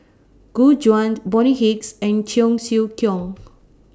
Gu Juan Bonny Hicks and Cheong Siew Keong